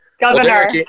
Governor